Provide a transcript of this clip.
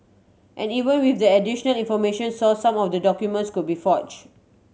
and even with the additional information source some of the documents could be forge